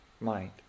mind